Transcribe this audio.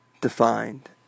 Defined